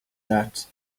that